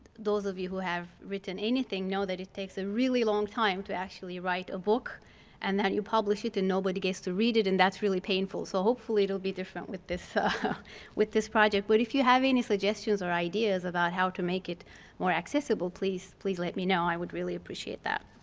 those of you who have written anything know that it takes a really long time to actually write a book and then you publish it and nobody gets to read it and that's really painful. so hopefully it will be different with this project. but project. but if you have any suggestions or ideas about how to make it more accessible, please please let me know. i would really appreciate that.